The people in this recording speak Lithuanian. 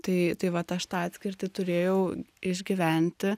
tai tai vat aš tą atskirtį turėjau išgyventi